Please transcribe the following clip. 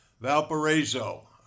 valparaiso